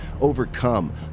overcome